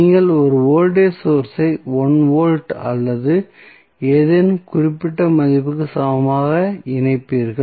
நீங்கள் ஒரு voltage source ஐ 1 வோல்ட் அல்லது ஏதேனும் குறிப்பிட்ட மதிப்புக்கு சமமாக இணைப்பீர்கள்